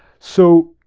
so,